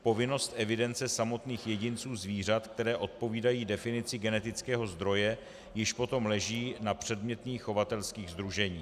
Povinnost evidence samotných jedinců zvířat, která odpovídají definici genetického zdroje, již potom leží na předmětných chovatelských sdruženích.